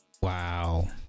Wow